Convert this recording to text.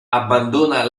abbandona